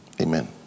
amen